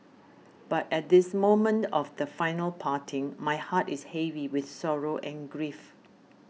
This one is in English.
but at this moment of the final parting my heart is heavy with sorrow and grief